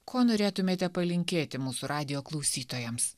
ko norėtumėte palinkėti mūsų radijo klausytojams